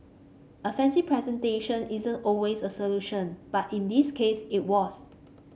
a fancy presentation isn't always a solution but in this case it was